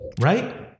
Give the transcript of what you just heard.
Right